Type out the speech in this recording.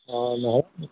অঁ নহয়